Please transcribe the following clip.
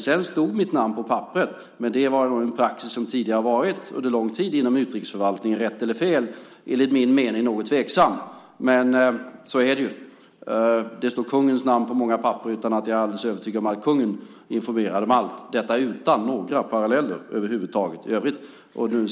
Sedan stod mitt namn på papperet. Det var då en praxis som hade varit under en lång tid inom utrikesförvaltningen - rätt eller fel; enligt min mening något tveksam, men så är det. Kungens namn står på många papper utan att, det är jag alldeles övertygad om, kungen är informerad om allt - detta över huvud taget utan några paralleller i övrigt.